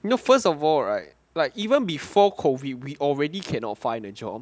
you know first of all right like even before COVID we already cannot find a job